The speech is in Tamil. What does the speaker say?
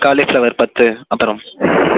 காலிஃப்ளவர் பத்து அப்புறம்